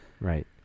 Right